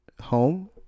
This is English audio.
home